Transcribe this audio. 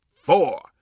four